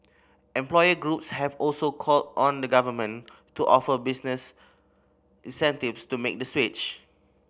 employer groups have also called on the Government to offer business incentives to make the switch